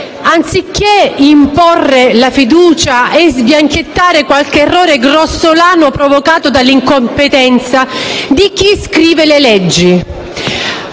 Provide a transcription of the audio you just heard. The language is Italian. Anziché imporre la fiducia e sbianchettare qualche errore grossolano provocato dall'incompetenza di chi scrive le leggi,